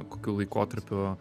kokiu laikotarpiu